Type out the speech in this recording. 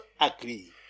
agree